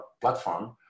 platform